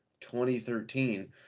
2013